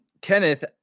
kenneth